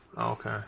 okay